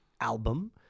album